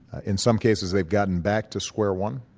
in some cases they've gotten back to square one,